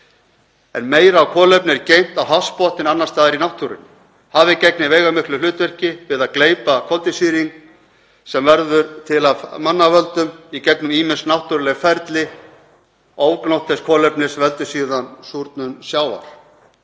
en meira kolefni er geymt á hafsbotni en annars staðar í náttúrunni. Hafið gegnir veigamiklu hlutverki við að gleypa koltvísýring sem verður til af mannavöldum í gegnum ýmis náttúruleg ferli. Ofgnótt þess kolefnis veldur síðan súrnun sjávar.